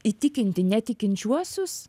įtikinti netikinčiuosius